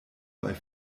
bei